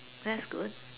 that's good